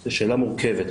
זו שאלה מורכבת,